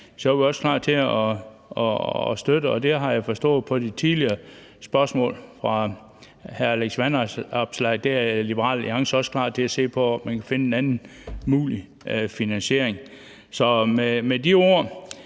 er vi også klar til at støtte det. Og det har jeg forstået på de tidligere spørgsmål fra hr. Alex Vanopslagh at Liberal Alliance også er klar til at se på, altså om man kan finde en anden mulig finansiering. Så med de ord